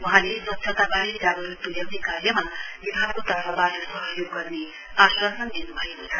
वहाँले स्वच्छताबारे जागरूक त्ल्याउने कार्यमा विभागको तर्फबाट सहयोग गर्ने आश्वासन दिन् भएको छ